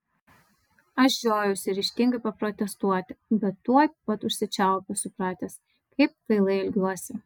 aš žiojausi ryžtingai paprotestuoti bet tuoj pat užsičiaupiau supratęs kaip kvailai elgiuosi